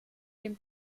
dem